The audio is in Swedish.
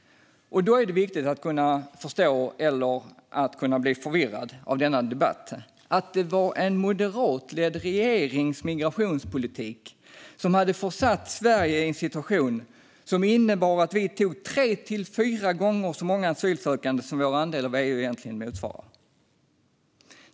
Det är viktigt att kunna förstå, för annars blir man förvirrad av denna debatt, att det var en moderatledd regerings migrationspolitik som hade försatt Sverige i en situation som innebar att vi tog emot tre till fyra gånger så många asylsökande som vår andel av EU egentligen motsvarar.